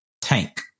Tank